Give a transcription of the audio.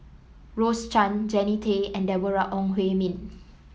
Rose Chan Jannie Tay and Deborah Ong Hui Min